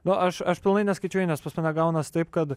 no aš aš pilnai neskaičiuoju nes gaunas taip kad